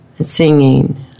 Singing